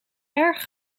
erg